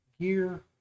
gear